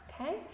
okay